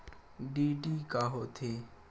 DD का होथे?